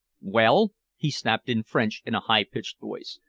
well? he snapped in french in a high-pitched voice.